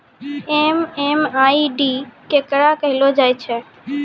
MMID केकरा कहलो जाय छै